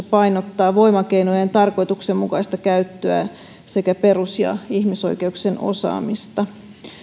painottaa voimakeinojen tarkoituksenmukaista käyttöä sekä perus ja ihmisoikeuksien osaamista